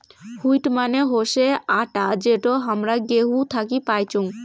wheat মানে হসে আটা যেটো হামরা গেহু থাকি পাইচুং